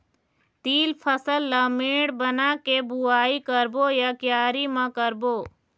तील फसल ला मेड़ बना के बुआई करबो या क्यारी म करबो?